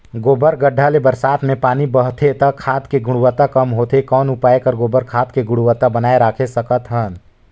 गोबर गढ्ढा ले बरसात मे पानी बहथे त खाद के गुणवत्ता कम होथे कौन उपाय कर गोबर खाद के गुणवत्ता बनाय राखे सकत हन?